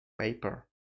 paper